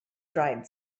dried